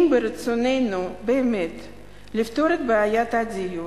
אם ברצוננו באמת לפתור את בעיית הדיור,